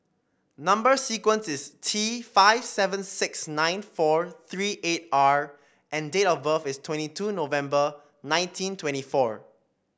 number sequence is T five seven six nine four three eight R and date of birth is twenty two November nineteen twenty four